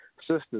Sisters